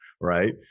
right